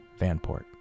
Vanport